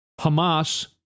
Hamas